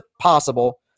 possible